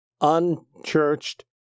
unchurched